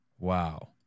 Wow